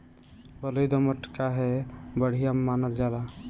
बलुई दोमट काहे बढ़िया मानल जाला?